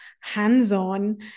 hands-on